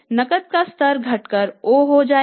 नकद का स्तर घटकर o हो जाएगा